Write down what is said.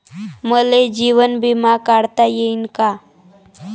मले जीवन बिमा काढता येईन का?